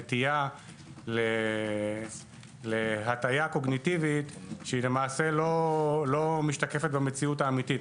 נטייה להטיה קוגניטיבית שלמעשה לא משתקפת במציאות האמיתית.